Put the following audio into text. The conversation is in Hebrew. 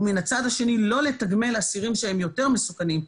ומן הצד השני לא לתגמל אסירים שהם יותר מסוכנים,